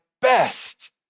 best